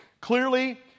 Clearly